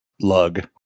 Lug